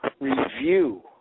review